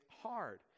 hard